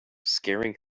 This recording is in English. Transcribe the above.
scaring